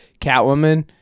Catwoman